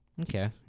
Okay